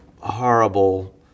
horrible